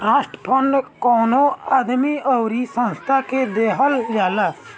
trust fund कवनो आदमी अउरी संस्था के देहल जाला